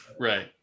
Right